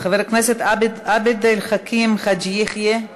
חבר הכנסת עבד אל חכים חאג' יחיא.